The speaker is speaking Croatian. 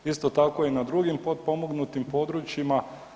Isto tako i na drugim potpomognutim područjima.